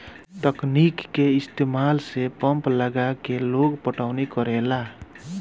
तकनीक के इस्तमाल से पंप लगा के लोग पटौनी करेला